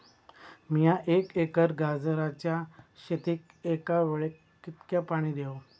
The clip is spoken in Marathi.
मीया एक एकर गाजराच्या शेतीक एका वेळेक कितक्या पाणी देव?